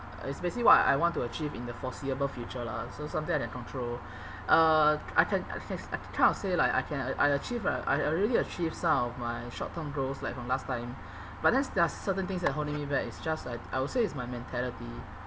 it's basically what I want to achieve in the foreseeable future lah so something that I can control uh I can I can I can kind of say like I can I achieve a I already achieve some of my short term goals like from last time but then there are certain things that are holding me back it's just that I would say it's my mentality